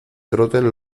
troten